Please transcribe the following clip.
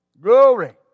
Glory